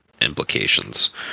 implications